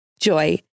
Joy